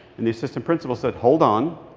and the assistant principal said, hold on.